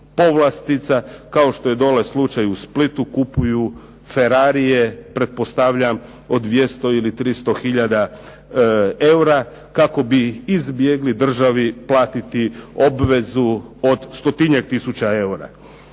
povlastica, kao što je dolje slučaj u Splitu, kupuju Ferrarije, pretpostavljam od 200 ili 300 tisuća eura kako bi izbjegli državi platiti obvezu od stotinjak tisuća eura.